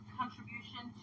contribution